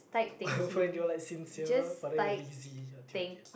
where where you're like sincere but then you're lazy that's why T_Y_V_M